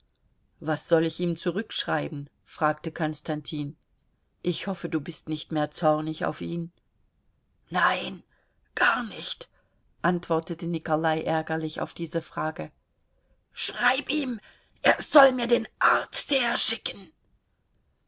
was soll ich ihm zurückschreiben fragte konstantin ich hoffe du bist nicht mehr zornig auf ihn nein gar nicht antwortete nikolai ärgerlich auf diese frage schreib ihm er soll mir den arzt herschicken